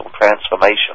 transformation